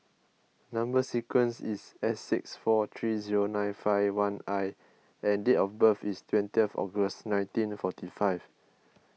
Number Sequence is S six four three zero nine five one I and date of birth is twenty August nineteen forty five